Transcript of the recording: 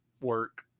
work